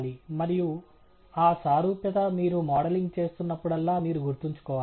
మరియు ఆ సారూప్యత మీరు మోడలింగ్ చేస్తున్నప్పుడల్లా మీరు గుర్తుంచుకోవాలి